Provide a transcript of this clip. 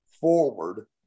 forward